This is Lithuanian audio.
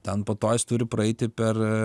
ten po to jis turi praeiti per